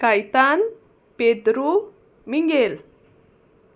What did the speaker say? Caitan Pedru Mingel